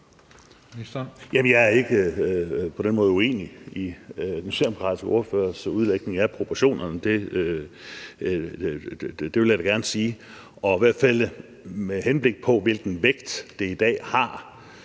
på den måde uenig i den socialdemokratiske ordførers udlægning af proportionerne – det vil jeg da gerne sige. Og i hvert fald med henblik på, hvilken vægt det i dag har